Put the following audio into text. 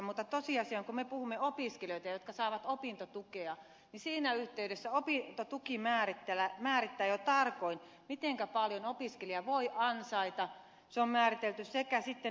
mutta tosiasia on kun me puhumme opiskelijoista jotka saavat opintotukea että siinä yhteydessä opintotuki määrittää jo tarkoin mitenkä paljon opiskelija voi ansaita se on määritelty sekä sitten